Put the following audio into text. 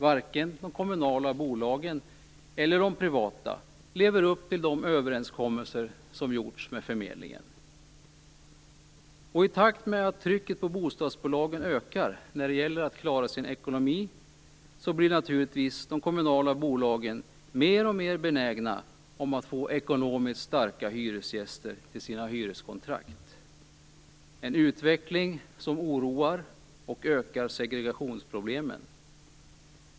Varken de kommunala bolagen eller de privata lever upp till de överenskommelser som gjorts med förmedlingen. I takt med att trycket på bostadsbolagen ökar när det gäller att klara sin ekonomi blir naturligtvis de kommunala bolagen mer och mer benägna att få ekonomiskt starka hyresgäster till sina hyreskontrakt. Det är en utveckling som oroar och som ökar segregationsproblemen.